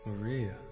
Maria